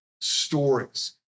stories